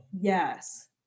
Yes